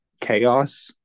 chaos